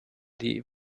die